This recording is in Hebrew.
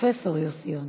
פרופסור יוסי יונה,